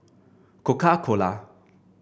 Coca Cola